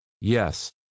Yes